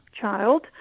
child